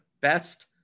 best